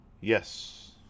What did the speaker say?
yes